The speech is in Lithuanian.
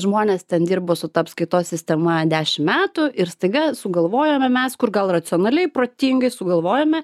žmonės ten dirbo su ta apskaitos sistema dešimt metų ir staiga sugalvojome mes kur gal racionaliai protingai sugalvojome